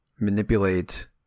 manipulate